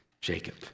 Jacob